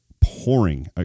pouring